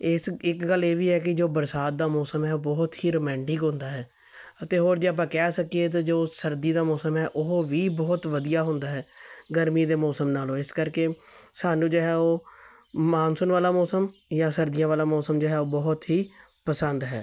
ਇਸ ਇੱਕ ਗੱਲ ਇਹ ਵੀ ਹੈ ਕਿ ਜੋ ਬਰਸਾਤ ਦਾ ਮੌਸਮ ਹੈ ਉਹ ਬਹੁਤ ਹੀ ਰੋਮੈਂਟਿਕ ਹੁੰਦਾ ਹੈ ਅਤੇ ਹੋਰ ਜੇ ਆਪਾਂ ਕਹਿ ਸਕੀਏ ਅਜੋ ਸਰਦੀ ਦਾ ਮੌਸਮ ਹੈ ਉਹ ਵੀ ਬਹੁਤ ਵਧੀਆ ਹੁੰਦਾ ਹੈ ਗਰਮੀ ਦੇ ਮੌਸਮ ਨਾਲੋਂ ਇਸ ਕਰਕੇ ਸਾਨੂੰ ਜਿਹਾ ਉਹ ਮਾਨਸੂਨ ਵਾਲਾ ਮੌਸਮ ਜਾਂ ਸਰਦੀਆਂ ਵਾਲਾ ਮੌਸਮ ਜੋ ਹੈ ਉਹ ਬਹੁਤ ਹੀ ਪਸੰਦ ਹੈ